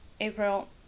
April